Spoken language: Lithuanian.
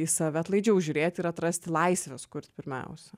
į save atlaidžiau žiūrėti ir atrasti laisvės kurt pirmiausia